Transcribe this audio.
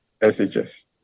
shs